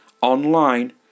online